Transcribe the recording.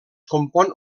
compon